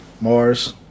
Mars